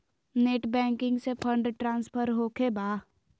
Net banking से fund transfer होखें बा?